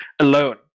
alone